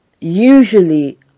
usually